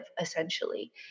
essentially